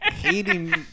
Hating